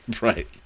Right